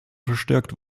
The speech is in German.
verstärkt